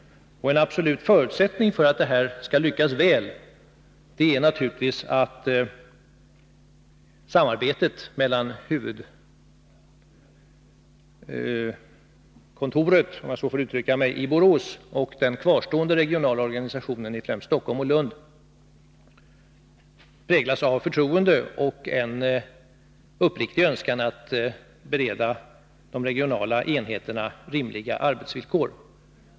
En absolut förutsättning för att den föreslagna lösningen verkligen skall bli lyckad är naturligtvis att samarbetet mellan huvudkontoret — om jag så får uttrycka mig — i Borås och den kvarstående regionala organisationen i främst Stockholm och Lund präglas av förtroende och av en önskan att bereda de regionala enheterna rimliga arbetsvillkor.